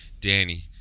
Danny